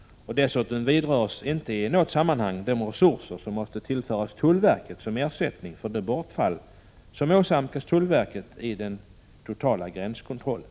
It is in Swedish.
Dessutom vidrörs inte i något sammanhang de resurser som måste tillföras tullverket som ersättning för det bortfall som tullverket åsamkas i den totala gränskontrollen.